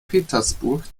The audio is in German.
petersburg